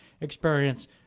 experience